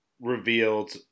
revealed